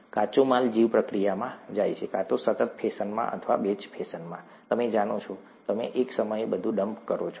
કાચો માલ જીવપ્રક્રિયામાં જાય છે કાં તો સતત ફેશનમાં અથવા બેચ ફેશનમાં તમે જાણો છો તમે એક સમયે બધું જ ડમ્પ કરો છો